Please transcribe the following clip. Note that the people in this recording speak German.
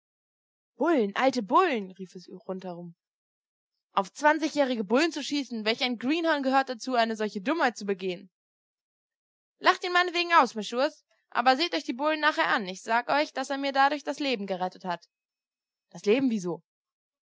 bullen alte bullen rief es rundum auf zwanzigjährige bullen zu schießen welch ein greenhorn gehört dazu eine solche dummheit zu begehen lacht ihn meinetwegen aus mesch'schurs aber seht euch die bullen nachher an ich sage euch daß er mir dadurch das leben gerettet hat das leben wieso